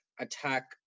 attack